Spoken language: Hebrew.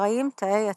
אחראים תאי ה-T.